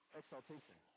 exaltation